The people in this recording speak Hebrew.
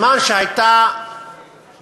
בזמן שהיו התקוממות